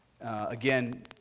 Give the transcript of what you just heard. Again